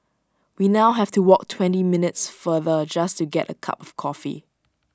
we now have to walk twenty minutes farther just to get A cup of coffee